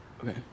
Okay